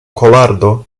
kolardo